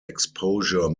exposure